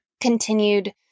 continued